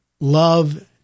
Love